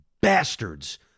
bastards